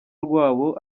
rwabo